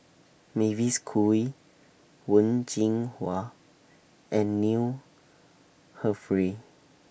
Mavis Khoo Oei Wen Jinhua and Neil Humphreys